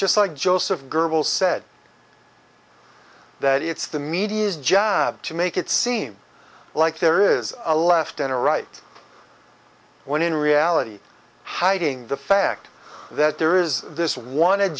just like joseph goebbels said that it's the media's job to make it seem like there is a left and a right when in reality hiding the fact that there is this one